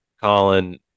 Colin